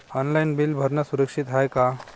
Online bill भरनं सुरक्षित हाय का?